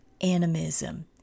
animism